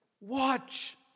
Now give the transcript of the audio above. Watch